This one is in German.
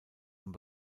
und